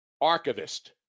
archivist